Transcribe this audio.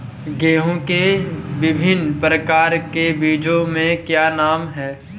गेहूँ के विभिन्न प्रकार के बीजों के क्या नाम हैं?